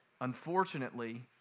Unfortunately